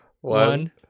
One